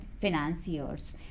financiers